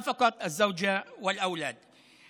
האיסור לצאת מהארץ ימשיך לחול עליו,